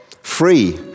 free